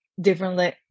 differently